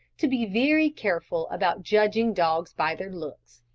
to be very careful about judging dogs by their looks.